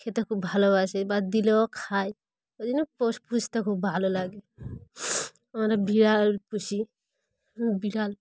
খেতে খুব ভালোবাসে বা দিলেও খায় ওই জন্য পশু পুষতে খুব ভালো লাগে আমরা বিড়াল পুষি বিড়াল